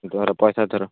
ଧର ପଇସା ଧର